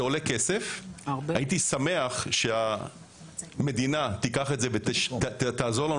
זה עולה כסף והייתי שמח שהמדינה תעזור במימון.